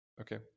okay